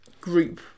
group